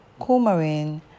coumarin